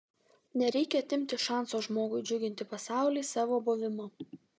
nereikia atimti šanso žmogui džiuginti pasaulį savo buvimu